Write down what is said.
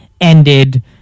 ended